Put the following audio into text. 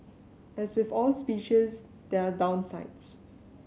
as with all speeches there are downsides